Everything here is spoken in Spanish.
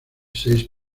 seis